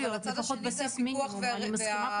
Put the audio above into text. אבל הצד השני זה הפיקוח והבדיקות